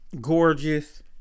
gorgeous